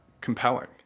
compelling